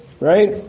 right